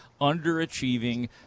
underachieving